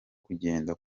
kugenda